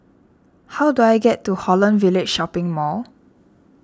how do I get to Holland Village Shopping Mall